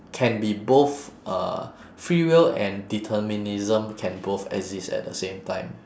can be both uh free will and determinism can both exist at the same time